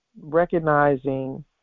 recognizing